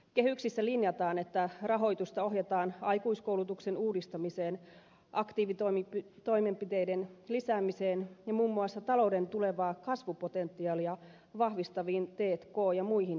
kehyksissä linjataan että rahoitusta ohjataan aikuiskoulutuksen uudistamiseen aktiivitoimenpiteiden lisäämiseen ja muun muassa talouden tulevaa kasvupotentiaalia vahvistaviin t k ja muihin investointeihin